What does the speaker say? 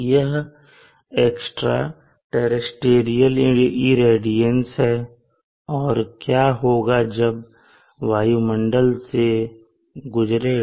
यह extra terrestrial irradiance है और क्या होगा जब यह वायुमंडल से गुजरेगा